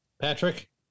Patrick